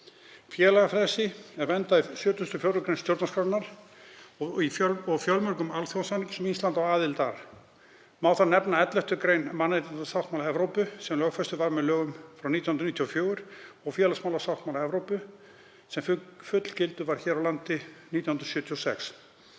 Félagafrelsi er verndað í 74. gr. stjórnarskrárinnar og fjölmörgum alþjóðasamningum sem Ísland á aðild að. Má þar nefna 11. gr. mannréttindasáttmála Evrópu, sem lögfestur var með lögum frá 1994 og félagsmálasáttmála Evrópu sem fullgiltur var hér á landi 1976.